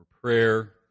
prayer